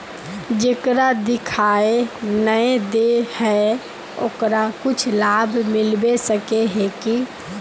जेकरा दिखाय नय दे है ओकरा कुछ लाभ मिलबे सके है की?